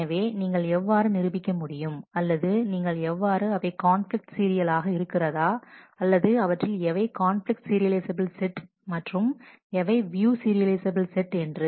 எனவே நீங்கள் எவ்வாறு நிரூபிக்க முடியும் அல்லது நீங்கள் எவ்வாறு அவை கான்பிலிக்ட் சீரியலாக இருக்கிறதா அல்லது அவற்றில் எவை கான்பிலிக்ட் சீரியலைசபில் செட் மற்றும் எவை வியூ சீரியலைசபில் செட்என்று